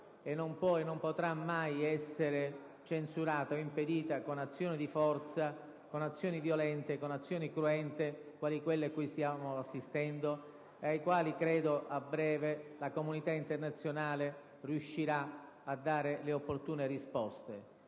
e non potrà mai essere censurata o impedita con azioni di forza, con azioni violente, con azioni cruente quali quelle a cui stiamo assistendo e alle quali credo, a breve, la comunità internazionale riuscirà a dare le opportune risposte.